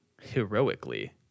heroically